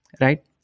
right